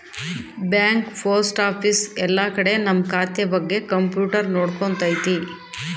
bank post office ಎಲ್ಲ ಕಡೆ ನಮ್ ಖಾತೆ ಬಗ್ಗೆ ಕಂಪ್ಯೂಟರ್ ನೋಡ್ಕೊತೈತಿ